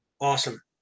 Awesome